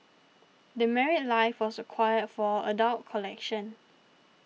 The Married Life was acquired for our adult collection